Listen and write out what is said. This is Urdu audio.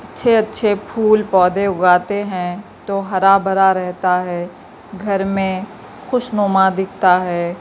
اچھے اچھے پھول پودے اگاتے ہیں تو ہرا بھرا رہتا ہے گھر میں خوش نماں دکھتا ہے